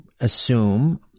assume